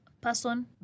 person